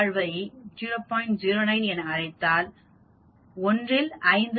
09 என அழைத்தால் 1 5 மரணம்0